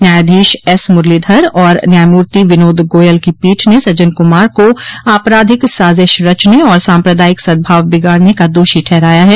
न्यायाधीश एस मुरलीधर और न्यायम्र्ति विनोद गोयल की पीठ ने सज्जन कुमार को आपराधिक साजिश रचने और सांप्रदायिक सदभाव बिगाड़ने का दोषी ठहराया है